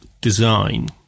design